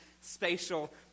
spatial